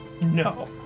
No